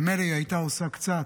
ומילא היא הייתה עושה קצת,